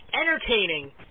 entertaining